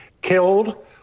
killed